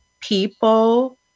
people